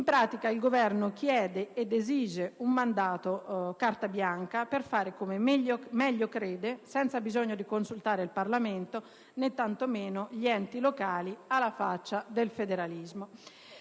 In pratica, il Governo chiede ed esige un mandato in carta bianca, per fare come meglio crede, senza bisogno di consultare il Parlamento, né tanto meno gli enti locali: alla faccia del federalismo!